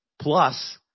plus